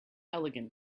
elegant